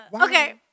Okay